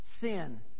sin